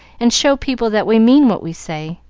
and show people that we mean what we say.